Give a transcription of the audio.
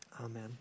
Amen